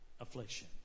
affliction